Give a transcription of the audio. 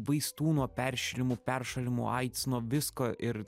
vaistų nuo peršilimų peršalimų aids nuo visko ir